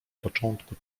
początku